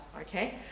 okay